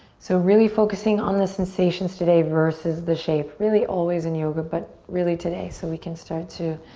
so really focusing on the sensations today versus the shape. really, always in yoga, but really today so we can start to